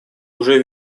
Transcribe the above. уже